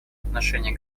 отношении